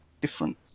different